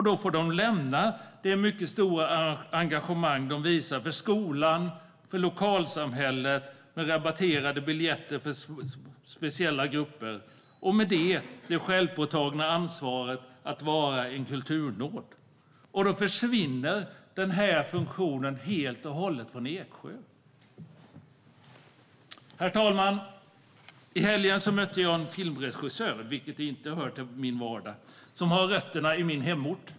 Då får de lämna det mycket stora engagemang som de visar för skolan och för lokalsamhället med rabatterade biljetter för speciella grupper, och i och med detta får de lämna det självpåtagna ansvaret att vara en kulturnod. Då försvinner denna funktion helt och hållet från Eksjö. Herr talman! I helgen mötte jag en filmregissör, vilket inte hör till min vardag, som har rötterna i min hemort.